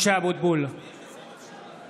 (קורא בשמות חברי הכנסת)